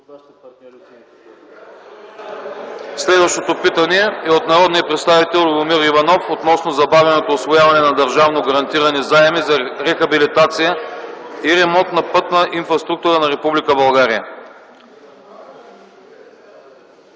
Следващото питане е от народния представител Любомир Иванов относно забавеното усвояване на държавно гарантирани заеми за рехабилитация и ремонт на пътна инфраструктура на